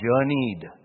journeyed